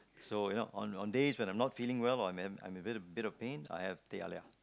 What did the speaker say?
so you know on on days when I'm not feeling well or when I'm I'm in a bit of pain I have teh-halia